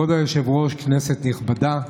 כבוד היושב-ראש, כנסת נכבדה.